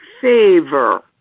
favor